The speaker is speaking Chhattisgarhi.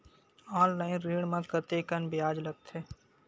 ऑनलाइन ऋण म कतेकन ब्याज लगथे?